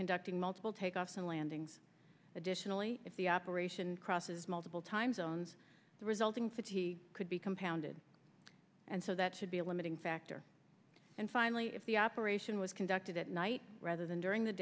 conducting multiple takeoffs and landings additionally if the operation crosses multiple time zones the resulting fits he could be compounded and so that should be a limiting factor and finally if the operation was conducted at night rather than during the